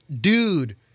Dude